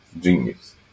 genius